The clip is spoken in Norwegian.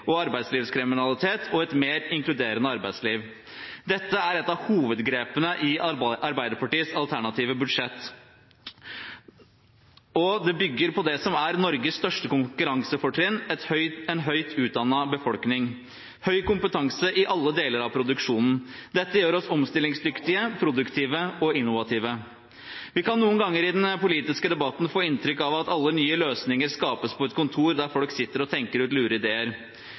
og arbeidslivskriminalitet og et mer inkluderende arbeidsliv. Dette er et av hovedgrepene i Arbeiderpartiets alternative budsjett, og det bygger på det som er Norges største konkurransefortrinn: en høyt utdannet befolkning, med høy kompetanse i alle deler av produksjonen. Dette gjør oss omstillingsdyktige, produktive og innovative. Vi kan noen ganger i den politiske debatten få inntrykk av at alle nye løsninger skapes på et kontor, der folk sitter og tenker ut lure ideer.